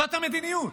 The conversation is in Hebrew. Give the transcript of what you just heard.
זאת המדיניות.